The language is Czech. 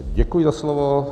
Děkuji za slovo.